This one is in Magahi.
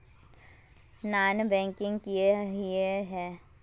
नॉन बैंकिंग किए हिये है?